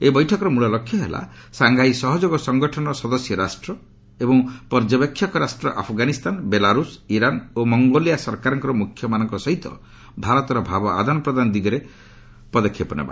ଏହି ବୈଠକର ମୂଳ ଲକ୍ଷ୍ୟ ହେଲା ସାଂଘାଇ ସହଯୋଗ ସଂଗଠନର ସଦସ୍ୟ ରାଷ୍ଟ୍ର ଏବଂ ପର୍ଯ୍ୟବେକ୍ଷକ ରାଷ୍ଟ୍ର ଆଫଗାନିସ୍ତାନ ବେଲାରୁଷ୍ ଇରାନ ଏବଂ ମଙ୍ଗୋଲିଆ ସରକାରଙ୍କର ମୁଖ୍ୟମାନଙ୍କ ସହିତ ଭାରତର ଭାବ ଆଦାନପ୍ରଦାନ ଦିଗରେ କରିବା